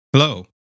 Hello